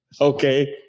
Okay